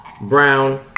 Brown